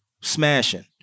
Smashing